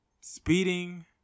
speeding